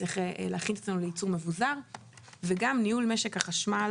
צריך להכין את עצמנו לייצור מבוזר וגם ניהול משק החשמל